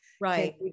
Right